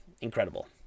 Incredible